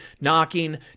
knocking